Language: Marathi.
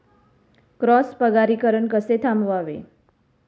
क्रॉस परागीकरण कसे थांबवावे?